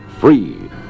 free